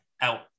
out